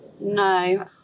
No